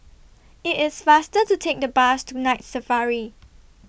IT IS faster to Take The Bus to Night Safari